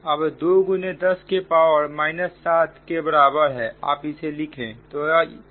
अब 2 10 के power minus 7 के बराबर है आप इसे लिखें